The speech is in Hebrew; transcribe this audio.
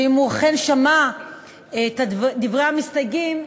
שאם הוא אכן שמע את דברי המסתייגים,